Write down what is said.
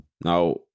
now